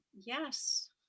Yes